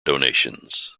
donations